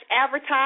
advertise